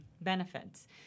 benefits